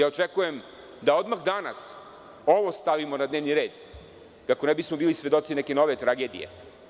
Očekujem da odmah danas ovo stavimo na dnevni red, kako ne bismo bili svedoci neke nove tragedije.